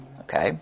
Okay